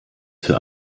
für